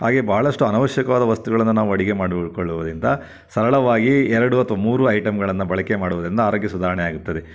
ಹಾಗೇ ಭಾಳಷ್ಟು ಅನವಶ್ಯಕವಾದ ವಸ್ತುಗಳನ್ನು ನಾವು ಅಡಿಗೆ ಮಾಡಿಕೊಳ್ಳುವುದರಿಂದ ಸರಳವಾಗಿ ಎರಡು ಅಥವಾ ಮೂರು ಐಟಮ್ಗಳನ್ನು ಬಳಕೆ ಮಾಡುವುದರಿಂದ ಆರೋಗ್ಯ ಸುಧಾರಣೆ ಆಗುತ್ತದೆ